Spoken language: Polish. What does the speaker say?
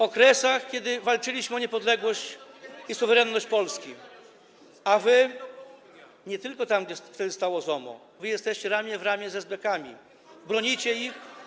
okresach, kiedy walczyliśmy o niepodległość i suwerenność Polski, a wy jesteście nie tylko tam, gdzie wtedy stało ZOMO, wy idziecie ramię w ramię z esbekami, bronicie ich.